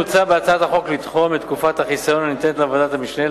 מוצע בהצעת החוק לתחום את תקופת החיסיון הניתנת לוועדת המשנה,